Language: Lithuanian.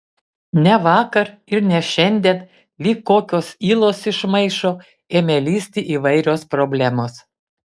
ne vakar ir ne šiandien lyg kokios ylos iš maišo ėmė lįsti įvairios problemos